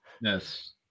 yes